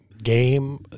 Game